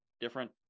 different